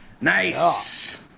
Nice